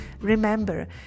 remember